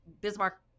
Bismarck